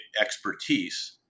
expertise